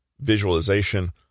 visualization